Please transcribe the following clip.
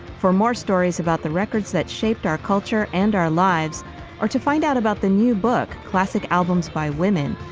for more stories about the records that shaped our culture and our lives are to find out about the new book classic albums by women.